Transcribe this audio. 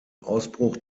ausbruch